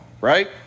right